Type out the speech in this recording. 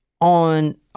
on